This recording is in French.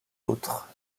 autre